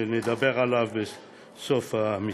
שנדבר עליו בסוף המסמך.